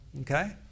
Okay